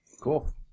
Cool